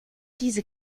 diese